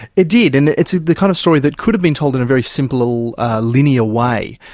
it did, and it's the kind of story that could have been told in a very simple linear way,